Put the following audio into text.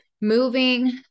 moving